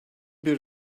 bir